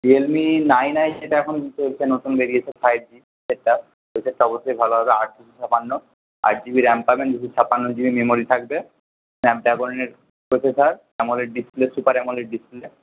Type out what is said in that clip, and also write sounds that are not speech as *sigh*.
Realme nine I যেটা এখন চলছে নতুন বেরিয়েছে ফাইভ জি সেটটা সেই সেটটা অবশ্যই ভালো হবে আট *unintelligible* ছাপান্ন আট জি বি র্যাম পাবেন দুশো ছাপান্ন জি বি মেমোরি থাকবে স্ন্যাপড্র্যাগনের processor AMOLED display super AMOLED display